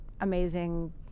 amazing